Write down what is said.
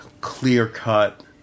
clear-cut